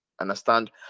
understand